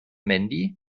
mandy